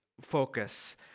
focus